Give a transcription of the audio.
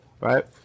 right